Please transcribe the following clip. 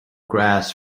grass